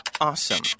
awesome